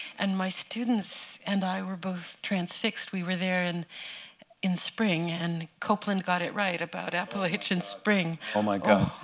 and my students and i were both transfixed. we were there and in spring. and copeland got it right, about appalachian spring. oh my god,